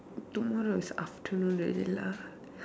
tomorrow is afternoon already lah